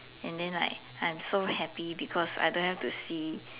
and then I'm so happy because I don't have to see